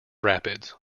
rapids